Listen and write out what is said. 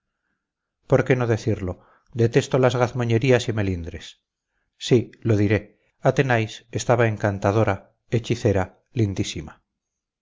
por qué no decirlo detesto las gazmoñerías y melindres sí lo diré athenais estaba encantadora hechicera lindísima